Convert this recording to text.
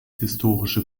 historische